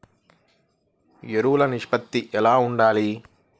ఎరువులు నిష్పత్తి ఎలా ఉండాలి?